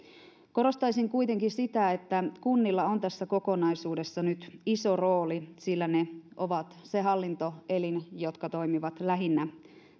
korostaisin kuitenkin sitä että kunnilla on tässä kokonaisuudessa nyt iso rooli sillä ne ovat se hallintoelin joka toimii lähinnä